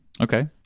Okay